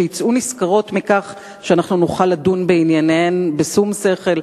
שיצאו נשכרות מכך שאנחנו נוכל לדון בענייניהן בשום שכל,